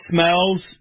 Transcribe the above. Smells